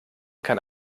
kann